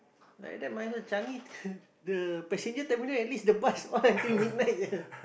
like that might as well Changi the passenger terminal at least the bus all until midnight seh